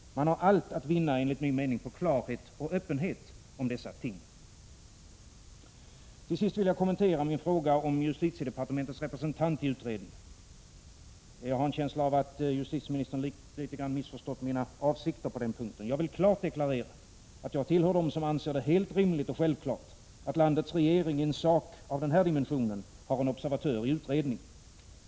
Man har allt att vinna på klarhet och öppenhet om dessa ting. Till sist vill jag kommentera min fråga om justitiedepartementets representant i utredningen. Jag har en känsla av att justitieministern har missförstått mina avsikter på den punkten. Jag vill klart deklarera, att jag tillhör dem som anser det helt rimligt och självklart att landets regering i en sak av denna dimension har en observatör i utredningen.